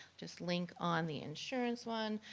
just link on the insurance one.